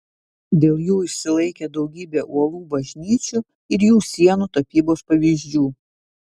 dėl jų išsilaikė daugybė uolų bažnyčių ir jų sienų tapybos pavyzdžių